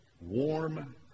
warm